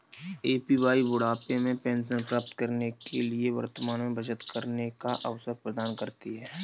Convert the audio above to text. APY बुढ़ापे में pension प्राप्त करने के लिए वर्तमान में बचत करने का अवसर प्रदान करती है